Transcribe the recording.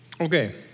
Okay